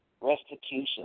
restitution